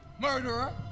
Murderer